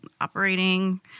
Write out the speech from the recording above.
operating